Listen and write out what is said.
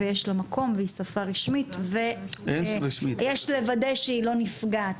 יש לה מקום והיא שפה רשמית ויש לוודא שהיא לא נפגעת